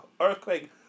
Earthquake